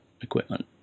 equipment